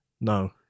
No